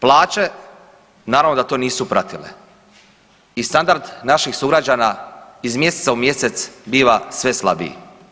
Plaće naravno da to nisu pratile i standard naših sugrađana iz mjeseca u mjesec sve je slabiji.